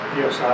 yes